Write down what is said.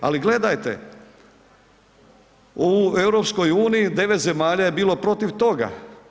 Ali gledajte, u EU 9 zemalja je bilo protiv toga.